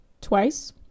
Twice